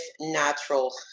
Natural